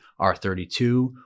R32